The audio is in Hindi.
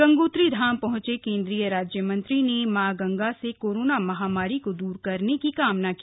गंगोत्री धाम पहुंचे केंद्रीय राज्य मंत्री ने मां गंगा से कोरोना महामारी को द्र करने की कामना की